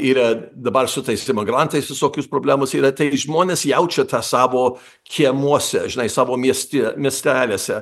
yra dabar su tais imigrantais visokios problemos yra tai žmonės jaučia tą savo kiemuose žinai savo mieste miesteliuose